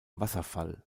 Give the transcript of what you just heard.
wasserfall